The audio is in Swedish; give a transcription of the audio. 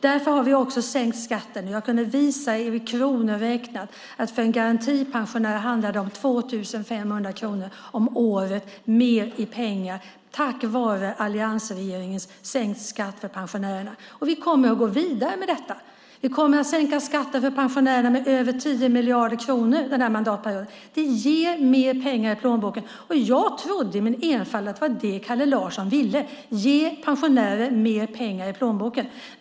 Därför har vi sänkt skatten. Jag kunde visa i kronor räknat att för en pensionär med garantipension handlar det om 2 500 kronor mer om året tack vare alliansregeringens sänkta skatt för pensionärerna. Vi kommer att gå vidare med detta. Vi kommer att sänka skatten för pensionärer med över 10 miljarder kronor den här mandatperioden. Det ger mer pengar i plånboken. Jag trodde i min enfald att det var det Kalle Larsson ville, ge pensionärer mer pengar i plånboken.